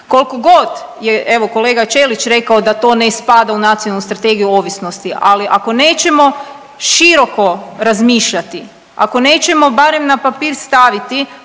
Koliko god je evo, kolega Ćelić rekao da to ne spada u Nacionalnu strategiju ovisnosti, ali ako nećemo široko razmišljati, ako nećemo barem na papir staviti